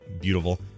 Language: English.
beautiful